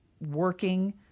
working